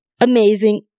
amazing